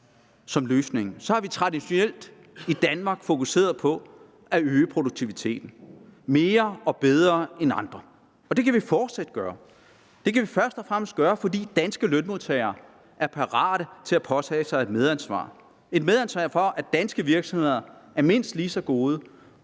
som løsningen, har vi traditionelt i Danmark fokuseret på at øge produktiviteten mere og bedre end andre. Det kan vi fortsat gøre. Det kan vi først og fremmest gøre, fordi danske lønmodtagere er parate til at påtage sig et medansvar for, at danske virksomheder er mindst lige så gode